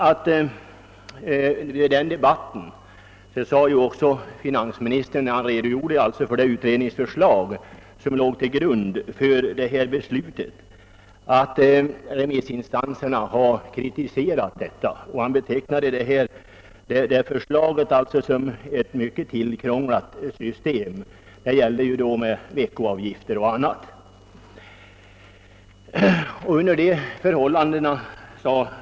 I den debatt som då fördes sade finansministern, när han redogjorde för det utredningsförslag som låg till grund för beslutet, att remissinstanserna hade kritiserat förslaget, vilket finansministern betecknade som ett mycket tillkrånglat system med veckoavgifter och mycket annat.